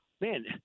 Man